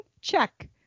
Check